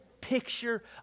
picture